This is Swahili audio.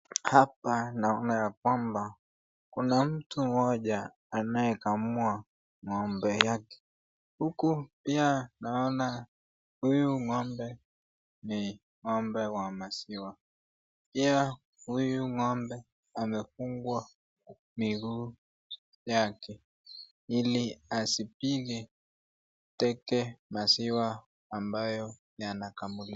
Hapa naona kwamba kuna mtu moja anayekamua ngombe yake huku huku pia naona huyu ngombe ni ngombe wa maziwa tena huyu ngombe amefungwa miguu yake ili asipige teke maziwa ambayo yanakamuliwa.